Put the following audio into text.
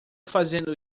fazendo